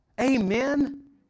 Amen